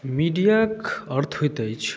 मीडियाक अर्थ होइत अछि